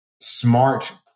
smart